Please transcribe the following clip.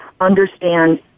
understand